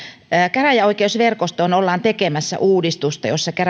käräjäoikeusverkostoon ollaan tekemässä uudistusta jossa